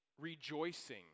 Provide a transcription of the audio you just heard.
rejoicing